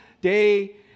Day